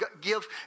give